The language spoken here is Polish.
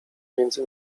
między